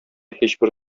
һичбер